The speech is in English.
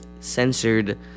Censored